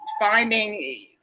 finding